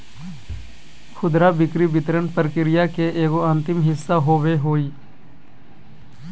खुदरा बिक्री वितरण प्रक्रिया के एगो अंतिम हिस्सा होबो हइ